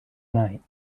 night